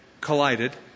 collided